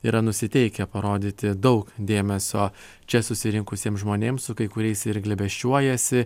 yra nusiteikę parodyti daug dėmesio čia susirinkusiems žmonėms su kai kuriais ir glėbesčiuojasi